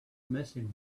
missing